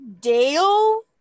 Dale